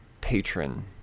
Patron